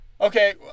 Okay